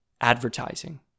advertising